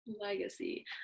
legacy